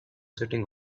sitting